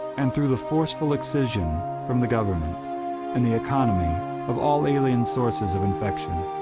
and through the forceful excision from the government and the economy of all alien sources of infection.